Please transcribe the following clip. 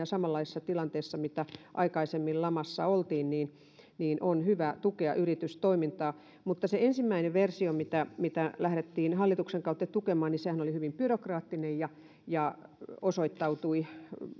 samanlaisessa tilanteessa missä aikaisemmin lamassa oltiin niin niin on hyvä tukea yritystoimintaa se ensimmäinen versio mitä mitä lähdettiin hallituksen kautta tukemaan oli hyvin byrokraattinen ja ja osoittautui